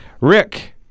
Rick